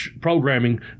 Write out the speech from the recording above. programming